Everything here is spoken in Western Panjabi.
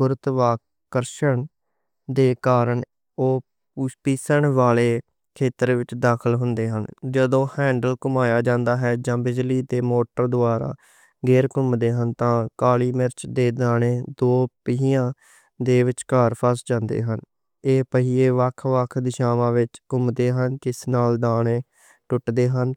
گُروتو آکرشن دے کارن اوہ پِسّن والے کھیتّر وچ داخل ہندے ہن۔ جدوں ہینڈل گھُمائیا جاندا ہے جاں بجلی دے موٹر دوارا گئیر کَم کردے ہن تاں کالی مرچ دے دانے دو پہنیاں دے وچکار فس جاندے ہن۔ ایہہ پہیے وکھ وکھ دِشاواں وچ گھُم دے ہن جس نال دانے ٹُٹ دے ہن۔